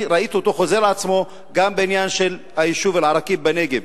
אני ראיתי אותו חוזר על עצמו גם בעניין של היישוב אל-עראקיב בנגב,